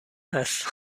هستم